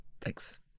Thanks